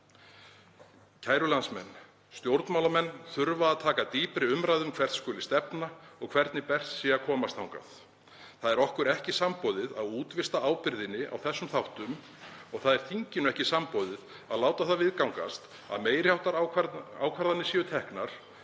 Kæru landsmenn. Stjórnmálamenn þurfa að taka dýpri umræðu um hvert skuli stefna og hvernig best sé að komast þangað. Það er okkur ekki samboðið að útvista ábyrgðinni á þessum þáttum. Það er þinginu ekki samboðið að láta það viðgangast að meiri háttar ákvarðanir séu teknar